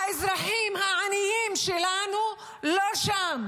האזרחים העניים שלנו לא שם.